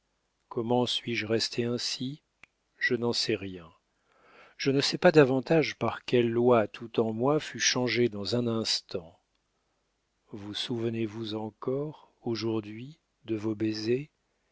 comment suis-je restée ainsi je n'en sais rien je ne sais pas davantage par quelles lois tout en moi fut changé dans un instant vous souvenez-vous encore aujourd'hui de vos baisers